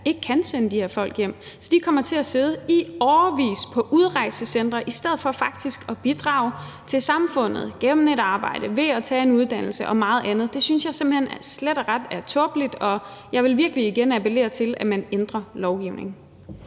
ikke kan sende de her folk hjem. Så de kommer til at sidde i årevis på udrejsecentre i stedet for faktisk at bidrage til samfundet gennem et arbejde, ved at tage en uddannelse og meget andet. Det synes jeg simpelt hen slet og ret er tåbeligt, og jeg vil virkelig igen appellere til, at man ændrer lovgivningen.